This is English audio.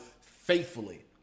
faithfully